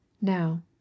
Now